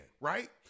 right